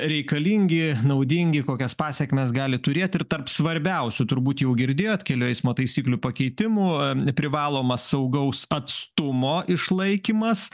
reikalingi naudingi kokias pasekmes gali turėt ir tarp svarbiausių turbūt jau girdėjot kelių eismo taisyklių pakeitimų privalomas saugaus atstumo išlaikymas